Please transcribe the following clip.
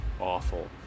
awful